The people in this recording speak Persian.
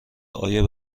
ایا